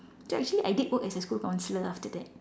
actually I did work under a school counsellor after that